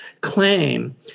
claim